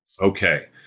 Okay